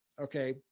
okay